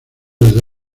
desde